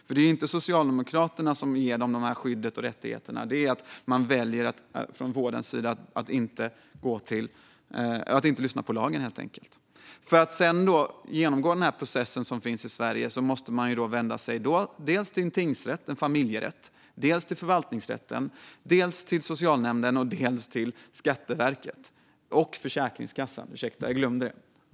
Men det är inte Socialdemokraterna som ger barnen detta skydd och dessa rättigheter, utan det är för att man från vårdens sida väljer att inte lyssna på lagen. I Sverige måste man vända sig till tingsrätt och familjerätt, till förvaltningsrätten, till socialnämnden, till Skatteverket och till Försäkringskassan.